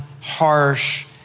harsh